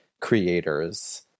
creators